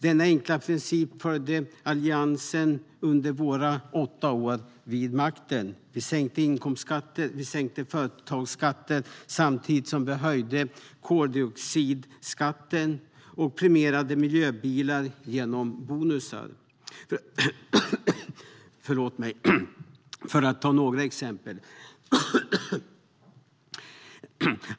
Denna enkla princip följde vi i Alliansen under våra åtta år vid makten. Vi sänkte inkomstskatter och företagsskatter samtidigt som vi höjde koldioxidskatten och premierade miljöbilar genom bonusar, för att ta några exempel.